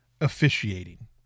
officiating